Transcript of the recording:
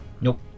Nope